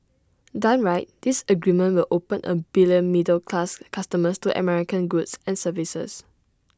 done right this agreement will open A billion middle class customers to American goods and services